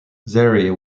zaire